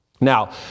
Now